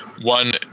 One